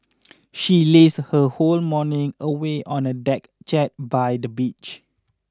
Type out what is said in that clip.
she lazed her whole morning away on a deck chair by the beach